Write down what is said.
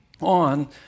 on